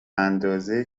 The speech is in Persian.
اندازه